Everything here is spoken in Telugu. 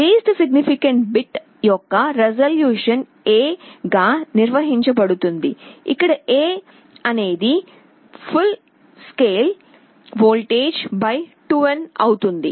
LSB యొక్క రిజల్యూషన్ A గా నిర్వచించబడుతుంది ఇక్కడ A అనేది ఫుల్ స్కేల్ వోల్టేజ్ 2n అవుతుంది